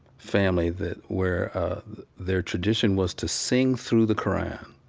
family that where their tradition was to sing through the qur'an.